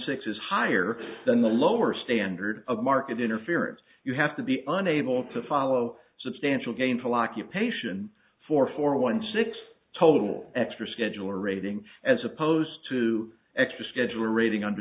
six is higher than the lower standard of market interference you have to be unable to follow substantial gainful occupation for for one six total extra schedule rating as opposed to extra schedule rating under